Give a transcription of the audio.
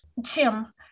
Jim